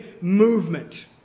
movement